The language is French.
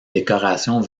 décoration